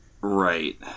Right